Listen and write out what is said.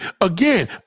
Again